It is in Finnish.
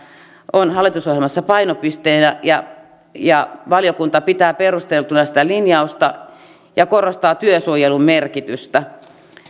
on hallitusohjelmassa painopisteenä ja ja valiokunta pitää perusteltuna sitä linjausta ja korostaa työsuojelun merkitystä